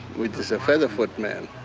which is a feather-foot man.